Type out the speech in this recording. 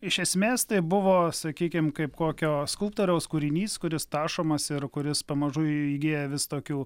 iš esmės tai buvo sakykim kaip kokio skulptoriaus kūrinys kuris tašomas ir kuris pamažu įgyja vis tokių